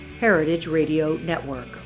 heritageradionetwork